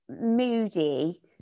Moody